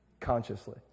consciously